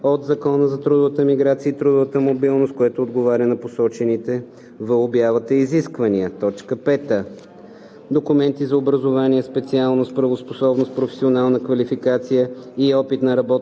от Закона за трудовата миграция и трудовата мобилност, което отговаря на посочените в обявата изисквания; 5. документи за образование, специалност, правоспособност, професионална квалификация и опит на работника